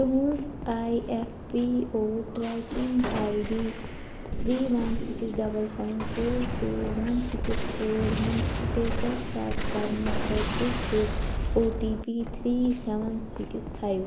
تُہٕنٛز I F P O tracking I D three one six double seven four two one six four ہُنٛد status check کَرنہٕ خٲطرٕ چھُ O T P three seven six five